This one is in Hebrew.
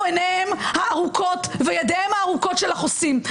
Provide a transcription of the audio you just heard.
עיניהם הארוכות וידיהם הארוכות של החוסים.